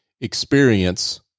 experience